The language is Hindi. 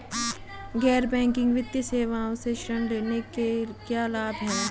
गैर बैंकिंग वित्तीय सेवाओं से ऋण लेने के क्या लाभ हैं?